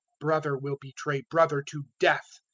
brother will betray brother to death,